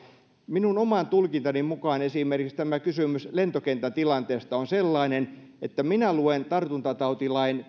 minun oman tulkintani mukaan esimerkiksi tämä kysymys lentokentän tilanteesta on sellainen että minä luen tartuntatautilain